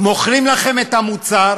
מוכרים לכם את המוצר